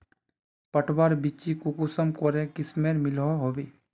पटवार बिच्ची कुंसम करे किस्मेर मिलोहो होबे?